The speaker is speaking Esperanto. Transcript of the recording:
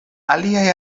aliaj